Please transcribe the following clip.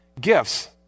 gifts